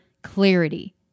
clarity